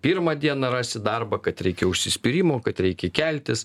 pirmą dieną rasi darbą kad reikia užsispyrimo kad reikia keltis